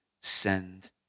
send